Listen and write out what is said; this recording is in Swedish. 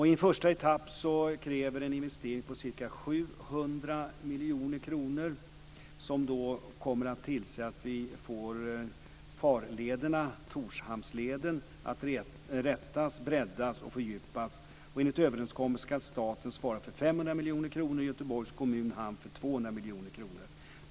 I en första etapp kräver det investeringar på ca 700 miljoner kronor som kommer att tillse att vi får Torshamnsleden rätad, breddad och fördjupad. Enligt överenskommelsen ska staten svara för 500 miljoner kronor och Göteborgs kommun och hamn för 200 miljoner kronor.